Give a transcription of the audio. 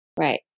Right